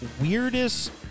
weirdest